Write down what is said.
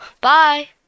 bye